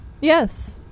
Yes